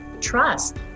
trust